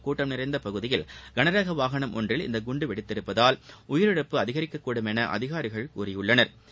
கூட்டம் நிறைந்த பகுதியில் கனரக வாகனம் ஒன்றில் இந்த குண்டு வெடித்திருப்பதால் உயிரிழப்பு அதிகரிக்க கூடும் என அதிகாரிகள் கூறியுள்ளனா்